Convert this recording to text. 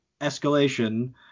escalation